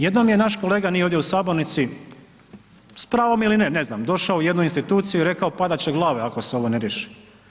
Jednom je naš kolega, nije ovdje u sabornici, s pravom ili ne, ne znam, došao u jednu instituciju padat će glave ako se ovo ne riješi.